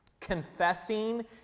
confessing